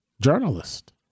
journalist